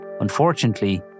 Unfortunately